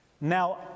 now